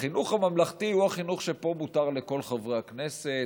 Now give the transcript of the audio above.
החינוך הממלכתי הוא החינוך שפה מותר לכל חברי הכנסת,